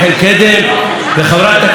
לחברת הכנסת מירב בן ארי,